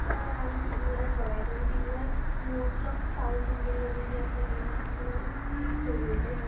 तर आम्ही टी व्हीवरच बघायचो आणि टी व्हीवर most of south Indian movie जी असतात ना ती तर माझे खूप फेवरेट आहेत